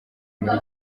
muri